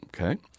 Okay